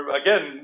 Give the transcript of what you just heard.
again